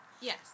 Yes